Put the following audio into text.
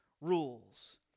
rules